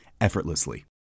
effortlessly